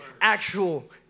actual